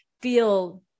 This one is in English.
feel